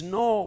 no